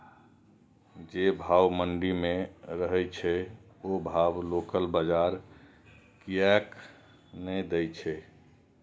जे भाव मंडी में रहे छै ओ भाव लोकल बजार कीयेक ने दै छै?